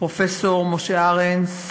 פרופסור משה ארנס,